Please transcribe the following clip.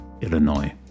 Illinois